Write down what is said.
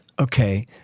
Okay